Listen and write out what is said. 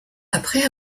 après